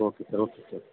okay sir okay sir